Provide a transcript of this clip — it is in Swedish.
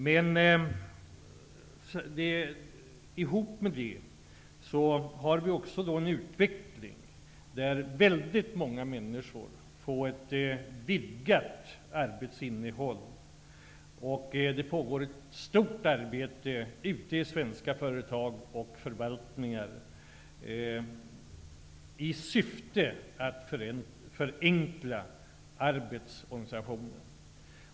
Den utvecklingen innebär också att många människor får ett vidgat arbetsinnehåll. Det pågår ett stort arbete ute i svenska företag och förvaltningar i syfte att förenkla arbetsorganisationen.